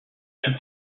plus